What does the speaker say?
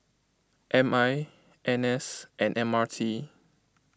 M I N S and M R T